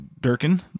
Durkin